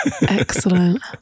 Excellent